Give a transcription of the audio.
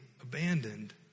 abandoned